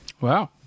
Wow